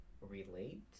relate